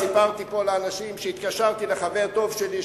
סיפרתי פה לאנשים שהתקשרתי לחבר טוב שלי,